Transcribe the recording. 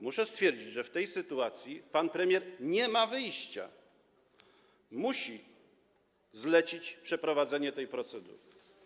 Muszę stwierdzić, że w tej sytuacji pan premier nie ma wyjścia, musi zlecić przeprowadzenie tej procedury.